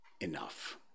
Enough